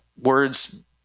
Words